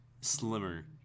slimmer